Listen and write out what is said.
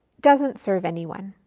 doesn't serve anyone.